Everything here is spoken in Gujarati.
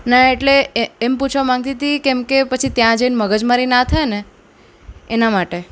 ના એટલે એ એમ પૂછવા માગતી હતી કેમકે પછી ત્યાં જઈને મગજમારી ના થાય ને એના માટે